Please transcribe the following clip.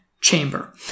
chamber